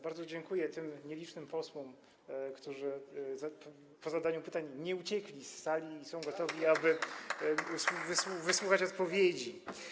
Bardzo dziękuję tym nielicznym posłom, którzy po zadaniu pytań nie uciekli z sali i są gotowi, aby wysłuchać odpowiedzi.